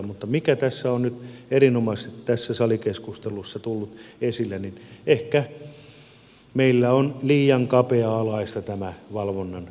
mutta mikä nyt on erinomaisesti tässä salikeskustelussa tullut esille niin ehkä meillä on liian kapea alaista tämä valvonnan osuus